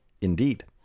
Indeed